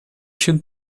should